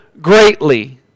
greatly